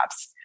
apps